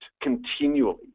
continually